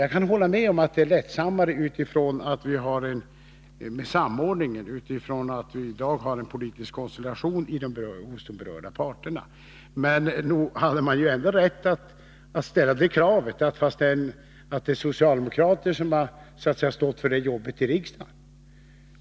Jag kan hålla med om att det är lättsammare därför att vi har samordningen, därför att vi i dag har en politisk konstellation hos de berörda parterna. Men man har väl rätt att ställa krav fastän det var socialdemokrater som stod för arbetet i riksdagen.